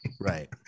right